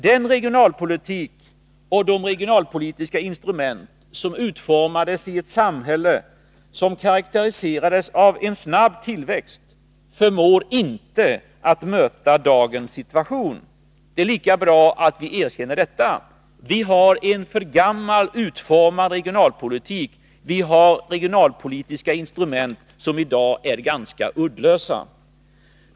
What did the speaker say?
Den regionalpolitik och de regionalpolitiska instrument som utformades i ett samhälle som karakteriserades av en snabb tillväxt förmår inte möta dagens situation. Det är lika bra att vi erkänner detta. Vår regionalpolitiks utformning är för gammal; vi har regionalpolitiska instrument som i dag är ganska uddlösa.